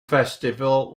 festival